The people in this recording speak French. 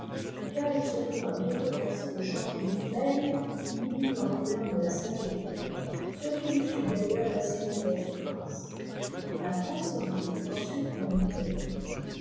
car il se trouva bientôtorcé de chanter lui-même une hymne eu thonpeur de la sainte vierge ce qu'il fit d'ailleurs d'assez mauvaise grâce la possédée m ensuite conduite à véglise